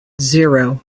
zero